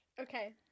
okay